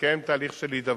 שמתקיים תהליך של הידברות,